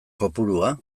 kopurua